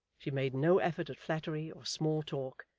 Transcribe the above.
she made no effort at flattery or small talk,